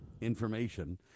information